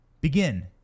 begin